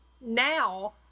now